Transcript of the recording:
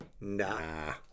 nah